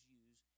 use